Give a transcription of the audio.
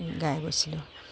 গাই গৈছিলোঁ